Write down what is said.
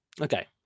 Okay